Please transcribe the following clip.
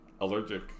allergic